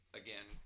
again